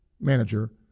manager